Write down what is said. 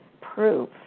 proof